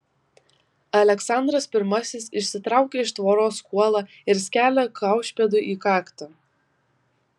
aleksandras pirmasis išsitraukia iš tvoros kuolą ir skelia kaušpėdui į kaktą